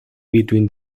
between